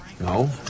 No